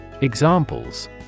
Examples